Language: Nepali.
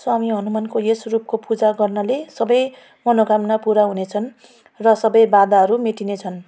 स्वामी हनुमानको यस रूपको पूजा गर्नाले सबै मनोकामना पुरा हुनेछन् र सबै बाधाहरू मेटिनेछन्